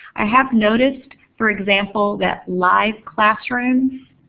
i have noticed, for example, that live classrooms